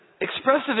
expressive